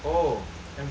M four A one